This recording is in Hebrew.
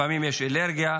לפעמים יש אלרגיה.